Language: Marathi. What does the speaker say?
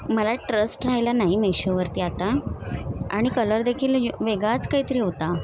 मला ट्रस्ट राहिला नाही मेशोवरती आता आणि कलरदेखील वेगळाच काहीतरी होता